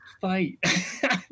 fight